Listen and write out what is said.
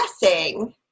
guessing